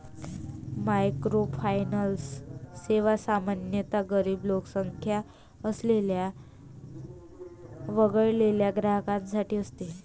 microfinance सेवा सामान्यतः गरीब लोकसंख्या असलेल्या वगळलेल्या ग्राहकांसाठी असते